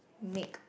make